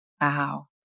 Wow